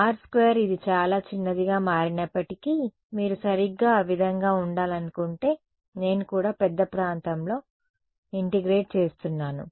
r2 ఇది చాలా చిన్నదిగా మారినప్పటికీ మీరు సరిగ్గా ఆ విధంగా ఉండాలనుకుంటే నేను కూడా పెద్ద ప్రాంతంలో ఇంటెగ్రేట్ చేస్తున్నాను